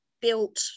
built